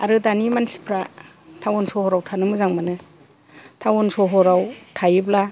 आरो दानि मानथिफ्रा टाउन सहराव थानो मोजांमोनो टाउन सहराव थायोब्ला